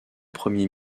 premier